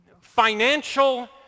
financial